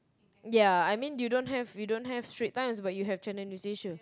ya I mean you don't have you don't have Strait Times but you have Channel-News-Asia